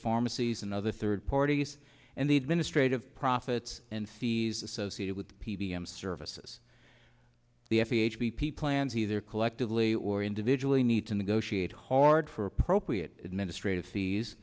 pharmacies and other third parties and the administrative profits and c s associated with p b m services the f h b p plans either collectively or individually need to negotiate hard for appropriate administrative